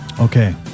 Okay